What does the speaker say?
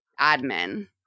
admin